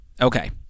Okay